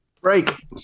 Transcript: Break